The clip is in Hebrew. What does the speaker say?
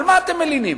על מה אתם מלינים?